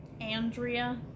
Andrea